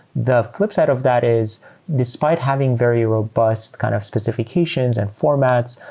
the flipside of that is despite having very robust kind of specifications and formats,